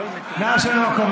נא לשבת במקום,